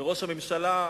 וראש הממשלה,